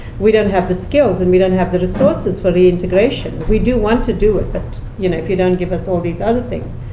we don't have the skills, and we don't have the resources for the integration. we do want to do it, but you know if you don't give us all these other things,